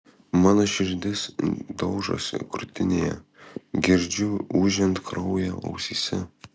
mano širdis daužosi krūtinėje girdžiu ūžiant kraują ausyse